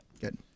Good